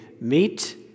meet